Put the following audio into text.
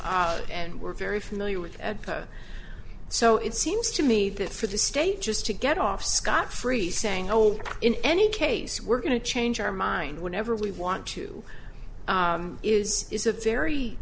ago and we're very familiar with so it seems to me that for the state just to get off scot free saying oh well in any case we're going to change our mind whenever we want to is is a very